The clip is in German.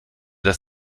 das